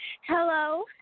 Hello